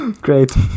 Great